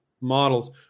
models